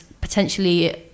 potentially